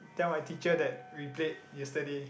tell my teacher that we played yesterday